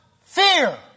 fear